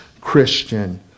Christian